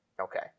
okay